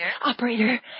Operator